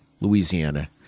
Louisiana